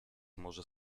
może